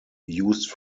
used